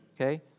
okay